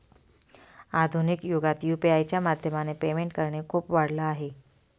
आधुनिक युगात यु.पी.आय च्या माध्यमाने पेमेंट करणे खूप वाढल आहे